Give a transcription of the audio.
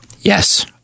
Yes